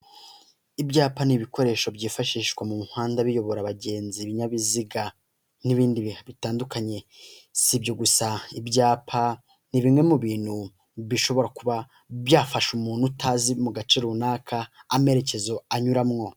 Ibyapa ni ibikoresho byifashishwa mu muhanda biyobora abagenzi, ibinyabiziga n'ibindi bitandukanye, si ibyo gusa ibyapa ni bimwe mu bintu bishobora kuba byafasha umuntu utazi mu gace runaka, amerekezo anyuramwo.